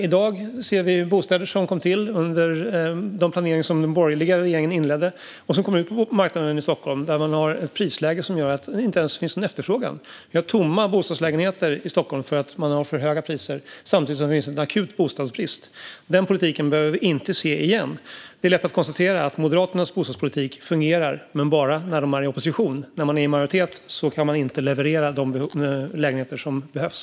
I dag ser vi hur bostäder som kom till under den planering som den borgerliga regeringen inledde kommer ut på marknaden i Stockholm. Prisläget är sådant att det inte finns någon efterfrågan. Vi har tomma bostadslägenheter i Stockholm för att priserna är för höga, samtidigt som det finns en akut bostadsbrist. Den politiken behöver vi inte se igen. Det är lätt att konstatera att Moderaternas bostadspolitik fungerar, men bara när man är i opposition. När man är i majoritet kan man inte leverera de lägenheter som behövs.